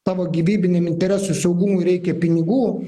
tavo gyvybiniam interesui saugumui reikia pinigų